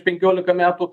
penkiolika metų